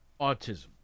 Autism